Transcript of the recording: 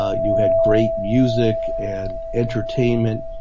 ah you had great music and entertainment.